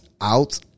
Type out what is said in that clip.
out